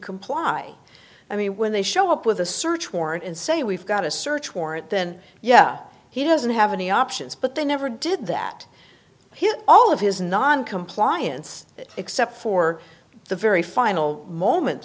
comply i mean when they show up with a search warrant and say we've got a search warrant then yeah he doesn't have any options but they never did that he had all of his noncompliance except for the very final moments